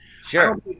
sure